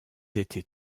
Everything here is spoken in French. étaient